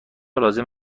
لازم